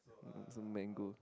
uh some mango